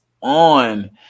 on